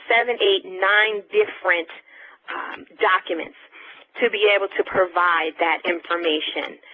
seven, eight, nine different documents to be able to provide that information.